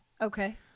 Okay